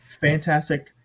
fantastic